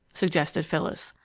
suggested phyllis.